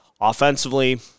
Offensively